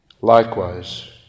Likewise